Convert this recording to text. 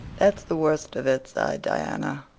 that's the worst of it, sighed diana.